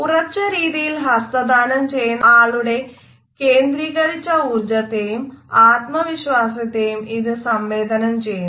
ഉറച്ച രീതിയിൽ ഹസ്തദാനം ചെയ്യുന്ന ആളുടെ കേന്ദ്രികരിച്ച ഊർജ്ജത്തെയും ആത്മവിശ്വാസത്തെയും ഇത് സംവേദനം ചെയ്യുന്നു